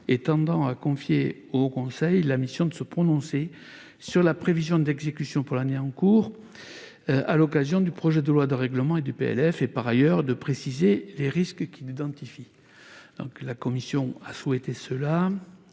qui tendent à confier au Haut Conseil la mission de se prononcer sur la prévision d'exécution pour l'année en cours à l'occasion du projet de loi de règlement et du PLF, et de préciser par ailleurs les risques qu'il identifie. L'amendement vise